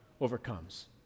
overcomes